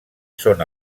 són